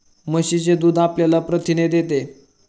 म्हशीचे दूध आपल्याला प्रथिने देते